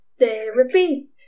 therapy